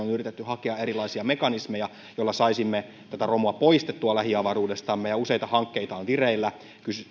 on yritetty hakea erilaisia mekanismeja joilla saisimme tätä romua poistettua lähiavaruudestamme ja useita hankkeita on vireillä